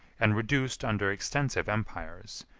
and reduced under extensive empires,